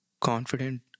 confident